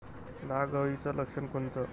नाग अळीचं लक्षण कोनचं?